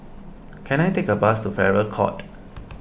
can I take a bus to Farrer Court